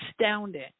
astounding